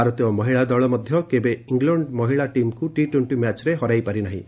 ଭାରତୀୟ ମହିଳା ଦଳ ମଧ୍ୟ କେବେ ଇଂଲଣ୍ଡ ମହିଳା ଟିମ୍କୁ ଟି ଟୋର୍କ୍ଷି ମ୍ୟାଚ୍ରେ ହରାଇପାରିନାହିଁ